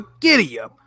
Gideon